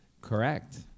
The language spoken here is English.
Correct